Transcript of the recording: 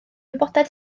wybodaeth